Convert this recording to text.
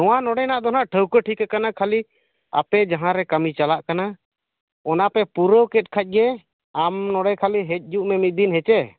ᱱᱚᱣᱟ ᱱᱚᱸᱰᱮ ᱱᱟᱜ ᱫᱚ ᱦᱟᱸᱜ ᱴᱷᱟᱹᱣᱠᱟᱹ ᱴᱷᱤᱠ ᱟᱠᱟᱱᱟ ᱠᱷᱟᱹᱞᱤ ᱟᱯᱮ ᱡᱟᱦᱟᱸᱨᱮ ᱠᱟᱹᱢᱤ ᱪᱟᱞᱟ ᱠᱟᱱᱟ ᱚᱱᱟᱯᱮ ᱯᱩᱨᱟᱹᱣ ᱠᱮᱫ ᱠᱷᱟᱱ ᱜᱮ ᱟᱢ ᱱᱚᱸᱰᱮ ᱠᱷᱟᱹᱞᱤ ᱦᱤᱡᱩ ᱢᱮ ᱢᱤᱫ ᱫᱤᱱ ᱦᱮᱥᱮ